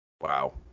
Wow